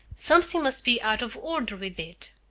something must be out of order with it.